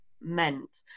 meant